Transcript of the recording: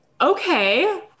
Okay